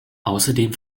außerdem